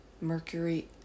mercury